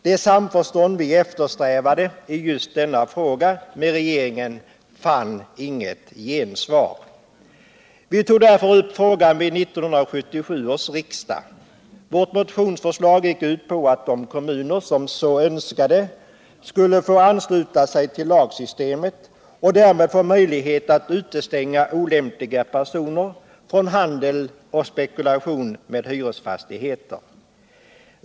Det samförstånd med regeringen, som vi eftersträvade just i denna fråga, fann inget gensvar. Vi tog därför upp frågan vid 1977 års riksdag. Vårt motionsförslag gick ut på att de kommuner som så önskade skulle få ansluta sig till lagsystemet och därmed få möjlighet att utestänga olämpliga personer från handel och spekulation med hyresfastigheter.